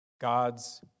God's